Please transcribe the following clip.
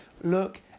look